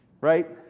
Right